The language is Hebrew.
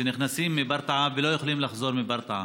שנכנסים מברטעה ולא יכולים לחזור מברטעה.